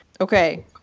Okay